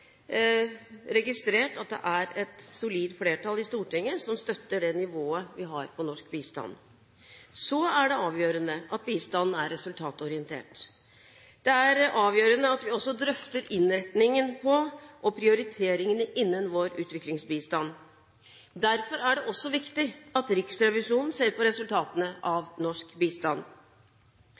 registrert at det er et solid flertall i Stortinget som støtter det nivået vi har på norsk bistand. Så er det avgjørende at bistanden er resultatorientert. Det er avgjørende at vi også drøfter innretningen på og prioriteringene innen vår utviklingsbistand. Derfor er det også viktig at Riksrevisjonen ser på resultatene av norsk bistand.